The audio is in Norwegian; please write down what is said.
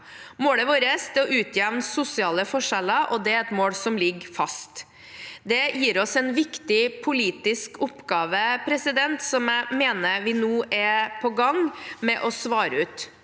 Målet vårt er å utjevne sosiale forskjeller, og det er et mål som ligger fast. Det gir oss en viktig politisk oppgave som jeg mener vi nå er på gang med å svare ut.